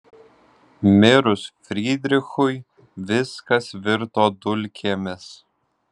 mirus frydrichui viskas virto dulkėmis